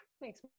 Thanks